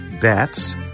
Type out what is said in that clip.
bats